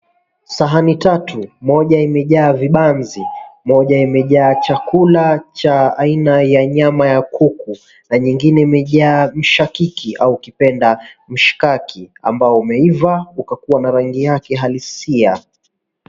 Sahani tatu ,moja imejaa vibanzi, moja imejaa chakula cha aina ya nyama ya kuku na ingine imejaa mishakiki au ukipenda mishkaki ambao umeiva ukakua na rangi yake halisia.